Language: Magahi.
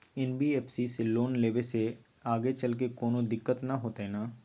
एन.बी.एफ.सी से लोन लेबे से आगेचलके कौनो दिक्कत त न होतई न?